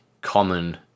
common